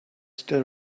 still